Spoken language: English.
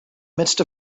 midst